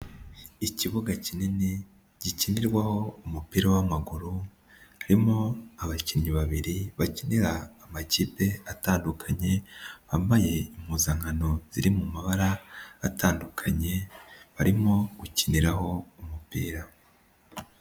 Ikibuga kinini gikinirwaho umupira w'amaguru, harimo abakinnyi babiri bakinira amakipe atandukanye, bambaye impuzankano ziri mu mabara atandukanye, barimo gukiniraho umupira.